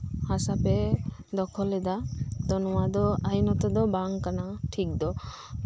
ᱦᱟᱥᱟ ᱯᱮ ᱫᱚᱠᱷᱚᱞ ᱮᱫᱟ ᱱᱚᱶᱟ ᱫᱚ ᱟᱭᱤᱱᱚᱛᱚ ᱫᱚ ᱵᱟᱝ ᱠᱟᱱᱟ ᱴᱷᱤᱠ ᱫᱚ